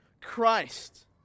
Christ